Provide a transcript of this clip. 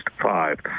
five